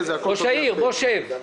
הכול טוב ויפה.